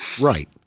Right